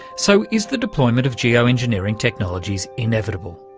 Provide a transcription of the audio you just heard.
so is the deployment of geo-engineering technologies inevitable?